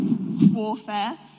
warfare